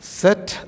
set